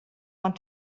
want